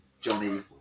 Johnny